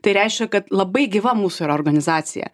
tai reiškia kad labai gyva mūsų yra organizacija